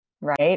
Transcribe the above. right